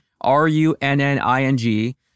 R-U-N-N-I-N-G